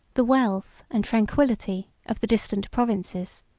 the wealth and tranquillity of the distant provinces.